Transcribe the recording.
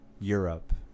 Europe